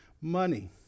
money